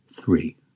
three